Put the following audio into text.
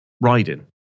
riding